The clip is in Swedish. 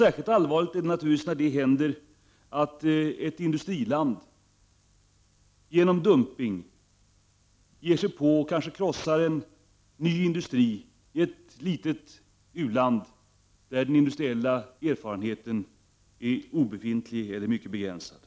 Särskilt allvarligt är det när ett industriland genom dumpning ger sig på och kanske krossar en ny industri i ett u-land där den industriella erfarenheten är obefintlig eller mycket begränsad.